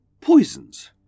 poisons